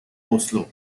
oslo